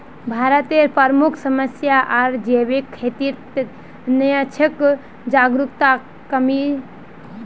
भारतत प्रमुख समस्या आर जैविक खेतीर त न छिके जागरूकतार कमी